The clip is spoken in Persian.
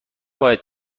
باید